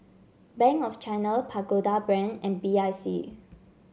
Bank of China Pagoda Brand and B I C